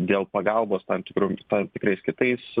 dėl pagalbos tam tikru ir tam tikrais kitais